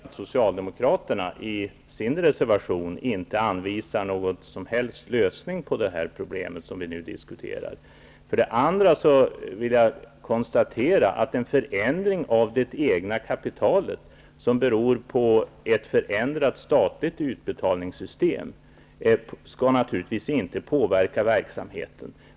Herr talman! Jag vill för det första notera att Socialdemokraterna i sin reservation inte anvisar någon som helst lösning på det problem som vi nu diskuterar. För det andra vill jag konstatera att en förändring av det egna kapitalet som beror på ett förändrat statligt utbetalningssystem naturligtvis inte skall påverka verksamheten.